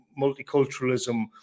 multiculturalism